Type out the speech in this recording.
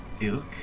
ilk